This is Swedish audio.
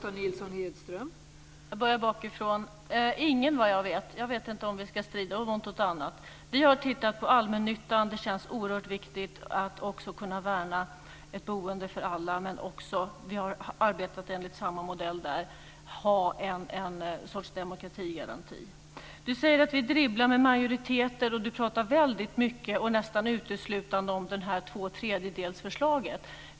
Fru talman! Jag börjar bakifrån. Ingen vad jag vet. Jag vet inte om vi ska strida om någonting annat. Vi har tittat på allmännyttan. Det känns oerhört viktigt att också kunna värna ett boende för alla - vi har arbetat enligt samma modell där - men också att ha en sorts demokratigaranti. Kenneth Johansson säger att vi dribblar med majoriteter, och han talar väldigt mycket och nästan uteslutande om detta tvåtredjedelsförslag.